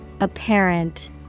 Apparent